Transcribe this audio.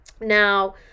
now